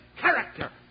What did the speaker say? character